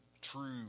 true